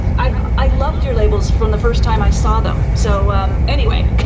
i loved your labels from the first time i saw them. so anyway,